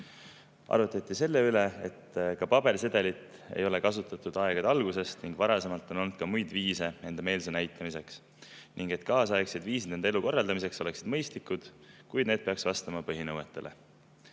Arutati selle üle, et ka pabersedelit ei ole kasutatud aegade algusest ning varasemalt on olnud ka muid viise enda meelsuse näitamiseks ning et kaasaegsed viisid enda elu korraldamiseks oleksid mõistlikud, kuid need peaksid vastama põhinõuetele.